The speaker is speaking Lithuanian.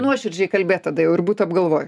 nuoširdžiai kalbėt tada ir jau būt apgalvoj